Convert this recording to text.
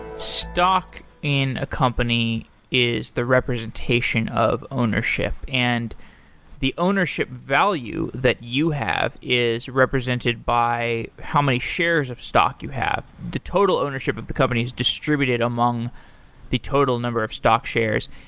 stock in a company is the representation of ownership, and the ownership value that you have is represented by how many shares of stock you have. the total ownership of the company is distributed among the total number of stock shares.